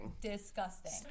Disgusting